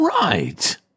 Right